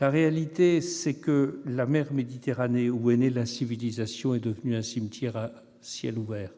La réalité, c'est que la mer Méditerranée, où est née la civilisation, est devenue un cimetière à ciel ouvert.